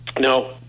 No